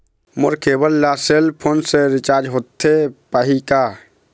मोर cable ला cell phone से recharge होथे पाही का?